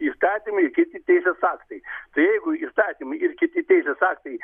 įstatymai i kiti teisės aktai tai jeigu įstatymai ir kiti teisės aktai